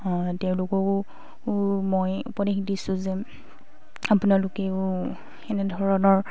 তেওঁলোকো মই উপদেশ দিছোঁ যে আপোনালোকেও এনেধৰণৰ